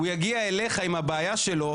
הוא יגיע אליך עם הבעיה שלו,